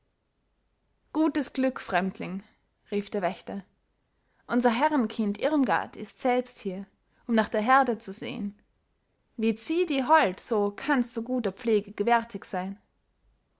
gutes glück fremdling rief der wächter unser herrenkind irmgard ist selbst hier um nach der herde zu sehen wird sie dir hold so kannst du guter pflege gewärtig sein